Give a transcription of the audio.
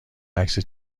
عکس